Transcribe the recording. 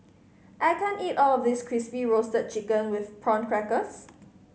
I can't eat all of this Crispy Roasted Chicken with Prawn Crackers